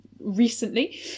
recently